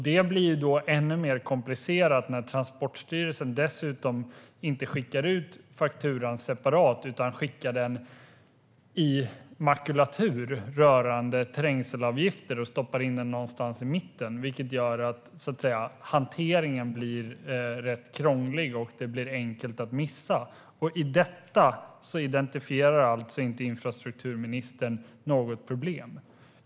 Det blir ännu mer komplicerat när Transportstyrelsen dessutom inte skickar ut fakturan separat utan skickar den i makulatur rörande trängselavgifter och stoppar in den någonstans i mitten. Det gör att hanteringen blir rätt krånglig och att det blir enkelt att missa. I detta identifierar infrastrukturministern alltså inte något problem.